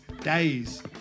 Days